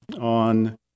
on